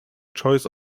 choice